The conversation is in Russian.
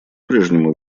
прежнему